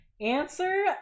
Answer